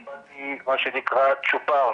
קיבלתי מה שנקרא צ'ופר,